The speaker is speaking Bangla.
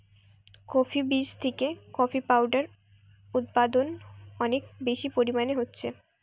কফি বীজ থিকে কফি পাউডার উদপাদন অনেক বেশি পরিমাণে হচ্ছে